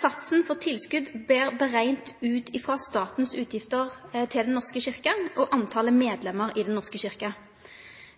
Satsen på tilskot vert berekna ut frå statens utgifter til Den norske kyrkja og talet på medlemer i Den norske kyrkja.